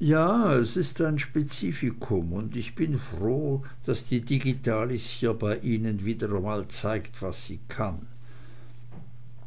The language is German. ja es ist ein spezifikum und ich bin froh daß die digitalis hier bei ihnen mal wieder zeigt was sie kann